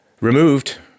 removed